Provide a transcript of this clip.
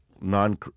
non